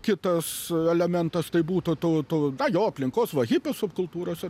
kitas elementas tai būtų tu tu tą jo aplinkos va hipių subkultūros